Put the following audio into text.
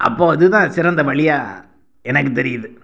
அப்போ இது தான் சிறந்த வழியாக எனக்கு தெரியுது